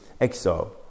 exile